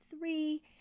three